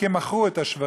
כי הם מכרו את השוורים,